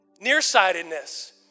nearsightedness